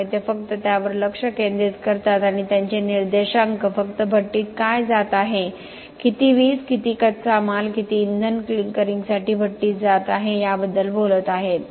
त्यामुळे ते फक्त त्यावर लक्ष केंद्रित करतात आणि त्यांचे निर्देशांक फक्त भट्टीत काय जात आहे किती वीज किती कच्चा माल किती इंधन क्लिंकरिंगसाठी भट्टीत जात आहे याबद्दल बोलत आहेत